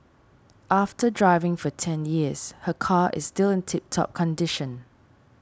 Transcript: after driving for ten years her car is still in tip top condition